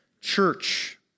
church